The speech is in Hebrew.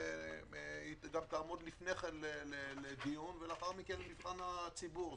והיא תעמוד לפני כן לדיון ולאחר מכן למבחן הציבור.